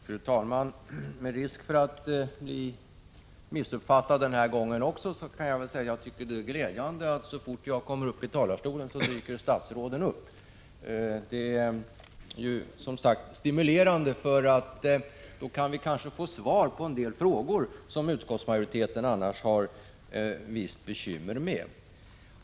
Fru talman! Med risk för att bli missuppfattad den här gången också kan jag säga, att det är glädjande att så fort jag kommer upp i talarstolen dyker statsråden upp. Det är stimulerande, för då kan vi kanske få svar på en del frågor som utskottsmajoriteten annars har visst bekymmer med.